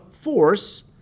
force